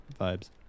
vibes